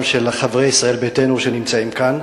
של חברי ישראל ביתנו שנמצאים כאן,